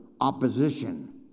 opposition